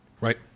Right